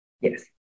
Yes